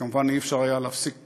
כמובן, אי-אפשר היה להפסיק